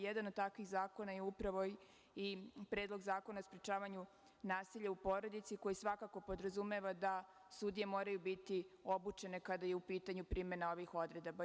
Jedan od takvih zakona je upravo i Predlog zakona o sprečavanju nasilja u porodici, koji svakako podrazumeva da sudije moraju biti obučene kada je u pitanju primena ovih odredbi.